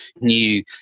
new